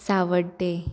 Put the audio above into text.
सावड्डें